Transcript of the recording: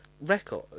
record